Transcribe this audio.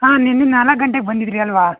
ಹಾಂ ನಿನ್ನೆ ನಾಲ್ಕು ಗಂಟೆಗೆ ಬಂದಿದ್ದಿರಿ ಅಲ್ಲವಾ